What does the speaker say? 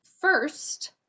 first